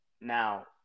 Now